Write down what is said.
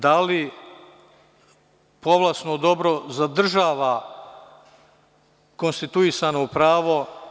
Da li povlasno dobro zadržava konstituisano pravo?